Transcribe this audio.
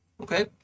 Okay